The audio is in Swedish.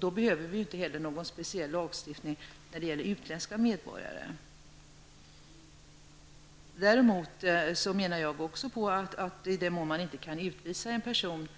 Då behöver vi inte heller någon speciellagstiftning när det gäller utländska medborgare. Däremot menar även jag att om man inte kan utvisa en person